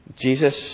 Jesus